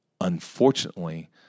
Unfortunately